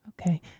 Okay